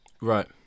right